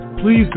Please